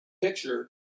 picture